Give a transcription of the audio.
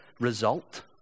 result